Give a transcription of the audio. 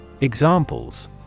Examples